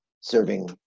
serving